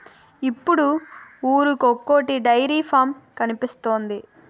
ఇప్పుడు ఊరికొకొటి dairy farm కనిపిస్తోంది